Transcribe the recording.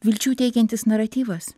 vilčių teikiantis naratyvas